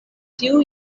tiu